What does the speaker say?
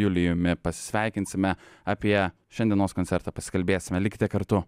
julijumi pasisveikinsime apie šiandienos koncertą pasikalbėsime likite kartu